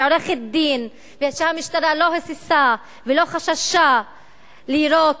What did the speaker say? ועורכת-דין שהמשטרה לא היססה ולא חששה לירוק,